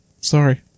Sorry